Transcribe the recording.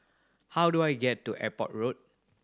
how do I get to Airport Road